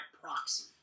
proxy